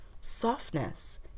Softness